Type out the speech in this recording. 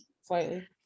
Slightly